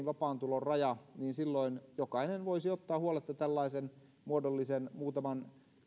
vapaan tulon raja niin silloin jokainen voisi ottaa huoletta tällaisen muodollisen muutaman